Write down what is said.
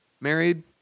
married